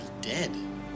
dead